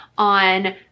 on